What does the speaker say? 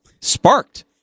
sparked